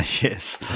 Yes